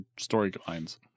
storylines